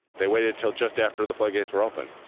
they waited until just after the floodgates were open.